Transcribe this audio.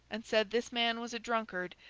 and said this man was a drunkard,